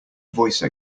voice